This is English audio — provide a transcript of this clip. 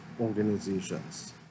organizations